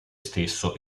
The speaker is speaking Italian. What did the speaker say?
stesso